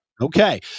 Okay